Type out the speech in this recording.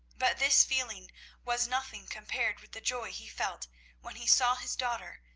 but this feeling was nothing compared with the joy he felt when he saw his daughter,